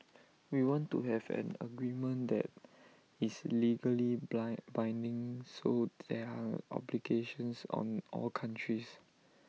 we want to have an agreement that is legally blind binding so there are obligations on all countries